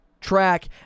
track